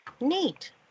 Neat